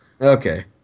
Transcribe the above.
Okay